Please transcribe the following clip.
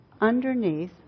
underneath